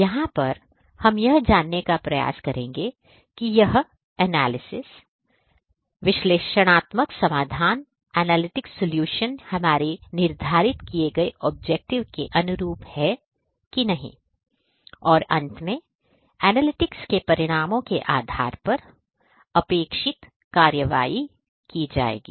यहां पर हम यह जानने का प्रयास करेंगे कि यह विश्लेषणात्मक समाधान एनालिटिक सॉल्यूशन हमारे हमारे निर्धारित किए गए ऑब्जेक्टिव के अनुरूप है कि नहीं और अंत में एनालिटिक्स के परिणामों के आधार पर अपेक्षित कार्रवाई की जाएगी